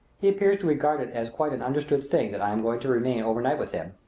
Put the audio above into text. he appears to regard it as quite an understood thing that i am going to remain over night with him,